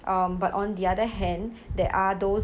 um but on the other hand there are those